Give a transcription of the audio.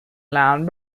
land